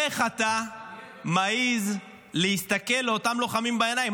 איך אתה מעז להסתכל לאותם לוחמים בעיניים?